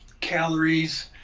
calories